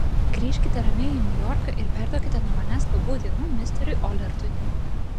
grįžkite ramiai į niujorką ir perduokite nuo manęs labų dienų misteriui olertui